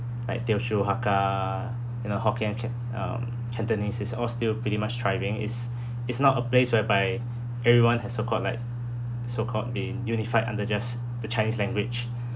like teochew hakka you know hokkien can~ um cantonese is all still pretty much striving it's it's not a place whereby everyone has so-called like so-called been unified under just the chinese language